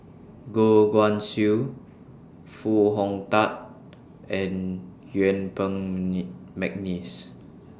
Goh Guan Siew Foo Hong Tatt and Yuen Peng Mcneice